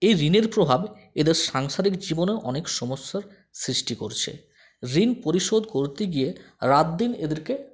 এই ঋণের প্রভাব এদের সাংসারিক জীবনেও অনেক সমস্যার সৃষ্টি করছে ঋণ পরিশোধ করতে গিয়ে রাতদিন এদেরকে